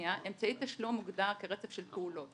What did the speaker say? אמצעי תשלום מוגדר כרצף של פעולות